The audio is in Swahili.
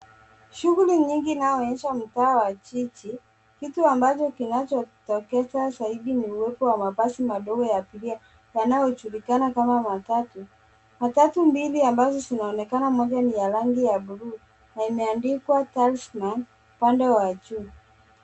Shughuli nyingi inayoonyesha mtaa wa jiji. Kitu ambacho kichotokeza zaidi ni uwepo wa mabasi madogo ya abiria yanayojulikana kama matatu. Matatu mbili ambazo zinaonekana mmoja ni ya rangi ya blue na imeandikwa Talisman upande wa juu.